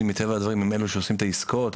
מטבע הדברים הם אלו שעושים את העסקאות,